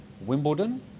Wimbledon